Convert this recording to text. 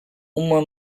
uma